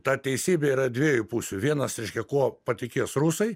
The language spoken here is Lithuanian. ta teisybė yra dviejų pusių vienas reiškia kuo patikės rusai